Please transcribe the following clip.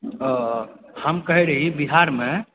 ओऽ हम कहलीह बिहारमे